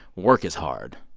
work is hard.